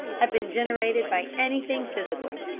have been generated by anything physical.